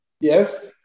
Yes